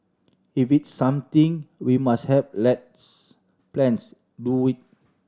if it's something we must have let's plans do it